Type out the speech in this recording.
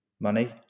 money